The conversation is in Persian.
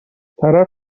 طرف